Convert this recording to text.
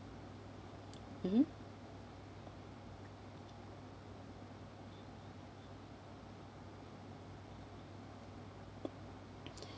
mmhmm